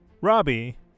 Robbie